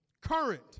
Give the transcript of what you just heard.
Current